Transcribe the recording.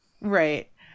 right